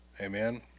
Amen